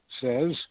says